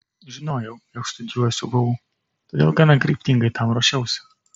žinojau jog studijuosiu vu todėl gana kryptingai tam ruošiausi